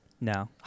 No